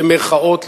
במירכאות,